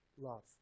love